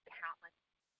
countless